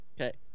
Okay